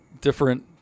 different